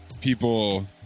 people